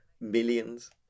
millions